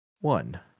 one